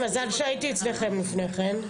מזל שהייתי אצלכם לפני כן.